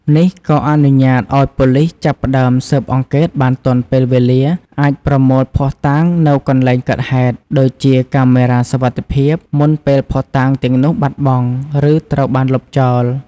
នេះក៏អនុញ្ញាតឲ្យប៉ូលិសចាប់ផ្ដើមស៊ើបអង្កេតបានទាន់ពេលវេលា អាចប្រមូលភស្តុតាងនៅកន្លែងកើតហេតុ ដូចជាកាមេរ៉ាសុវត្ថិភាព មុនពេលភស្តុតាងទាំងនោះបាត់បង់ ឬត្រូវបានលុបចោល។